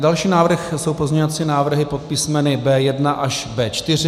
Další návrh jsou pozměňovací návrhy pod písmeny B1 až B4.